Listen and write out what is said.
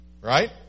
Right